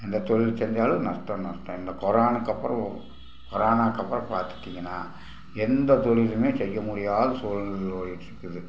எந்தத் தொழில் செஞ்சாலும் நஷ்டம் நஷ்டம் இந்த கொரோனுக்கு அப்புறம் கொரோனாவுக்கு அப்புறம் பார்த்துட்டிங்கன்னா எந்த தொழிலுமே செய்ய முடியாத சூழ்நிலையில ஓடிக்கிட்டிருக்குது